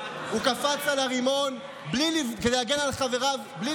הוא קפץ על הרימון כדי להגן על חבריו בלי